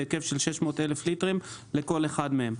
בהיקף של 600 אלף ליטרים לכל אחד מהם.